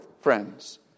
friends